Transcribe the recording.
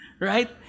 Right